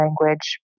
language